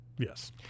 Yes